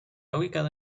ubicada